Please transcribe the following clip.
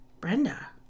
Brenda